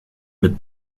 mit